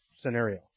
scenario